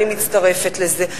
אני מצטרפת לזה.